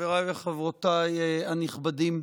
חבריי וחברותיי הנכבדים,